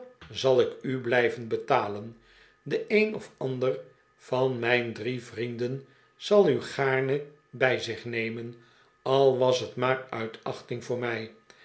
zal ik u blijven betalen de een of ander van mijn drie vrienden zal u gaarne bij zich nemen al was het maar uit achting voor mij